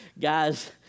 Guys